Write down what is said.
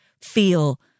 feel